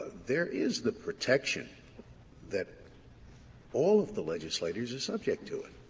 there is the protection that all of the legislators are subject to it.